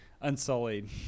Unsullied